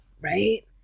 Right